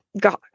god